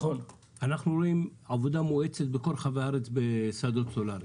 אנחנו רואים עבודה מואצת בכל רחבי הארץ בשדות סולאריים,